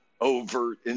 overt